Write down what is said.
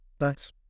Nice